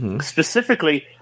specifically